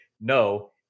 No